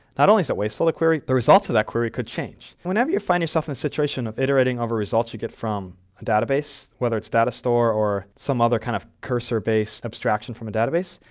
not only is it wasteful a query, the results of that query could change. when ever you find yourself in a situation of iterating over results you get from a database, whether it's datastore or some other kind of curser based abstraction from a database,